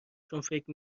فکر